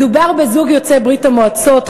מדובר בזוג יוצאי ברית-המועצות,